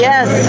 Yes